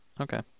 okay